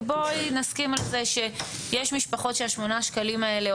כי בואי נסכים על זה שיש משפחות שהשמונה שקלים האלה,